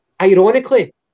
ironically